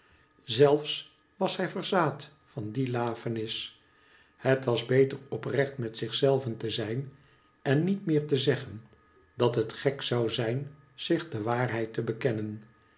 zelfs was hij verzaad van die laamis het was beter oprecht met zichzelven te zijn en niet meer te zeggen dat het gek zou zijn zich de waarheid te bekennen